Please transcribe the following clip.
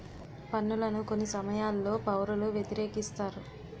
పన్నులను కొన్ని సమయాల్లో పౌరులు వ్యతిరేకిస్తారు